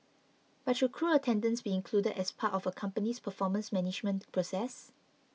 but should crew attendance be included as part of a company's performance management process